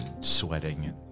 sweating